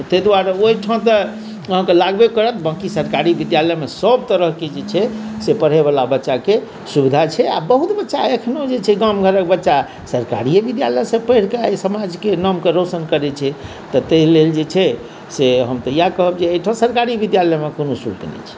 ताहि दुआरे ओहिठाम तऽ अहाँके लागबे करत बाँकी सरकारी विद्यालयमे सभ तरहके जे छै से पढ़यवला बच्चाके सुविधा छै आ बहुत बच्चा एखनो जे छै गाम घरक बच्चा सरकारीए विद्यालयसँ पढ़िके एहि समाजके नामके रौशन करैत छै तऽ ताहि लेल जे छै से हम तऽ इएह कहब जे एहिठाम सरकारी विद्यालयमे कोनो सुविधा नहि छै